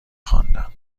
خواندند